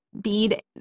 bead